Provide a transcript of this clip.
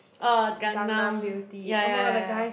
oh Gangnam ya ya ya ya